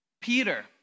Peter